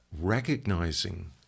Recognizing